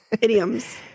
Idioms